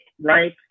right